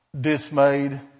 dismayed